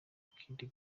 kid